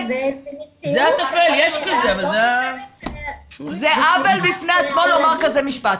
זה עוול בפני עצמו לומר כזה משפט.